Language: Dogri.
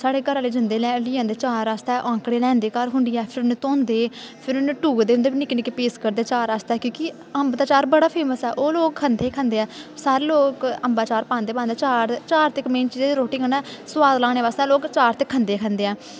सारे घरा आह्ले जंदे लैन लेई आंदे चा'र आस्तै औंकड़ियां लेआंदे घर खुंडियै फिर उ'नें गी धोंदे फिर उ'नें गी टूकदे निक्के निक्के पीस करदे चा'र आस्तै अम्बा दा चा'र बड़ा फेमस ओह् लोक खंदे खंदे ऐ सारे लोक अम्बा दा अचार पांदे पांदे ऐ चा'र चा'र ते इक मेन चीज ऐ सोआद लाने बास्तै लोक ते चा'र खंदे खंदे ऐ